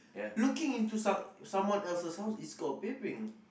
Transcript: looking into some someone else's house is called peeping